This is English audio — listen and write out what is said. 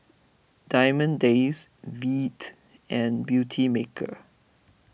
Diamond Days Veet and Beautymaker